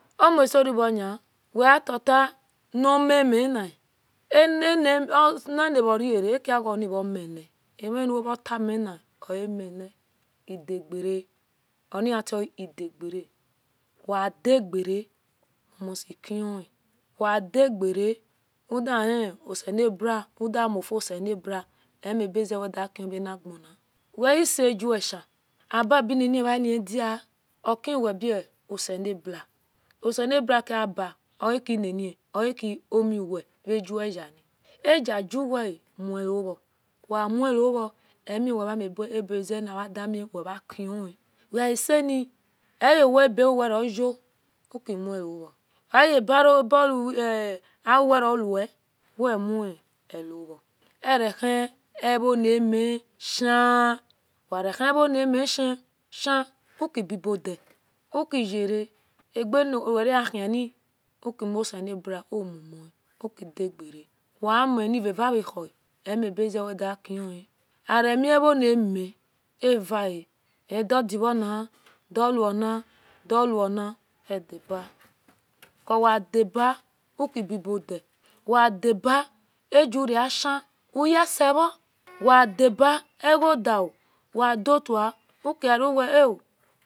Omosoreuoni wetitanominia oseyanaorere akiaraomile amaliuwevota mihiomile idagere oniatioidagere we dagere wemostikhi wedagere udahioselebua udamofioselebua emibezewede shleragn weiseguweshi aba binini valedia okeweboselebua oselebua kiaba inini okeomiwe vajweyani ajajuwele maove wemuovo amibaze nimadamiwemahini we isen ovaowaebe auweau ukimuovo oasbarobomu auwerawe wemuor erahieronmi shin werahievinimishena ukibibodia ukiye ageuweroasen ukimuoselebua umuhuo ukidagere weavini vareahu emibezewemahien aramihoname ave adodioni duwani edaba cuses wemeba ukibibodia wedaba acreashie uyasivo wedeba egodiwo wedotate ukiwoa o